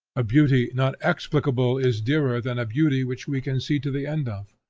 a beauty not explicable is dearer than a beauty which we can see to the end of.